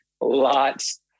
lots